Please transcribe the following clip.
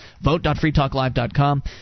Vote.freetalklive.com